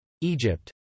Egypt